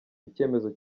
icyemezo